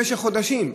במשך חודשים.